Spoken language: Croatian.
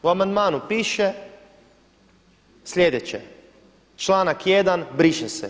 U amandmanu piše sljedeće: Članak 1. briše se.